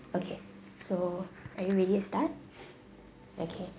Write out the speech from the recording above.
okay so are you ready to start